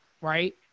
right